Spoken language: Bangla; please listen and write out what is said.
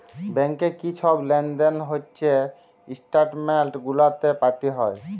ব্যাংকে কি ছব লেলদেল হছে ইস্ট্যাটমেল্ট গুলাতে পাতে হ্যয়